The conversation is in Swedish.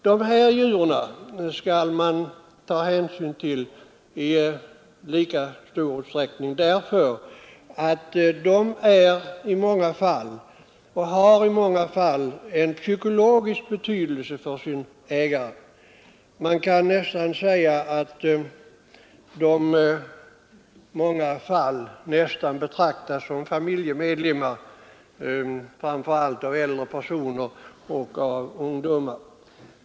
Man bör i lika stor utsträckning ta hänsyn till dessa djur, därför att de i många fall har psykologisk betydelse för sin ägare. Man kan nog säga att de i många fall nästan betraktas som familjemedlemmar, framför allt av äldre personer och av ungdomar.